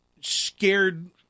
scared –